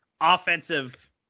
offensive